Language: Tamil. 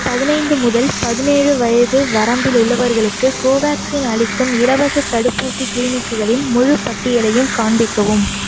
பதினைந்து முதல் பதினேழு வயது வரம்பில் உள்ளவர்களுக்கு கோவேக்சின் அளிக்கும் இலவசத் தடுப்பூசி கிளினிக்குகளின் முழுப் பட்டியலையும் காண்பிக்கவும்